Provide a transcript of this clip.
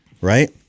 right